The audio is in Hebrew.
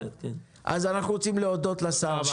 אנחנו רוצים להודות לשר,